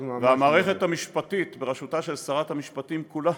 והמערכת המשפטית, בראשותה של שרת המשפטים, כולה